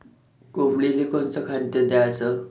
कोंबडीले कोनच खाद्य द्याच?